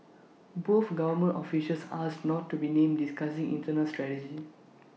both government officials asked not to be named discussing internal strategy